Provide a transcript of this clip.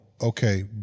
Okay